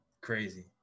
Crazy